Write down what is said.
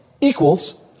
equals